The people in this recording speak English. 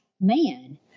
man